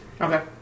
Okay